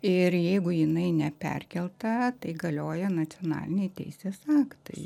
ir jeigu jinai neperkelta tai galioja nacionaliniai teisės aktai